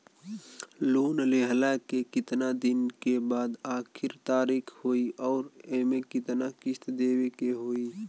Loan लेहला के कितना दिन के बाद आखिर तारीख होई अउर एमे कितना किस्त देवे के होई?